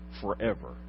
forever